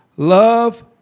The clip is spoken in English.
Love